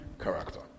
character